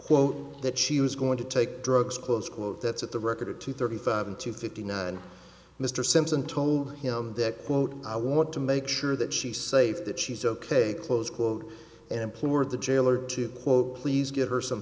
quote that she was going to take drugs close quote that's at the record at two thirty five in two fifty nine mr simpson told him that quote i want to make sure that she's safe that she's ok close quote and implored the jailer to quote please get her some